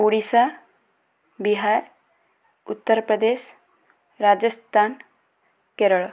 Odisha Bihar Uttar Pradesh Rajasthan Kerala